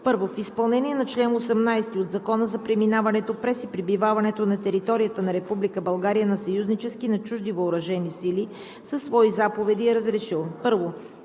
че: І. В изпълнение на чл. 18 от Закона за преминаването през и пребиваването на територията на Република България на съюзнически и на чужди въоръжени сили, със свои заповеди е разрешил: